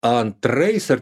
antrais ar